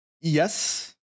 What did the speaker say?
Yes